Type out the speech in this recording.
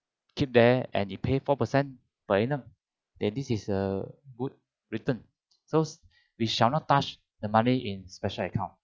keep there and you pay four per cent per annum then this is a good return so we shall not touch the money in special account